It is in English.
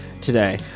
today